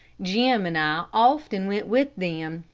jim and i often went with them,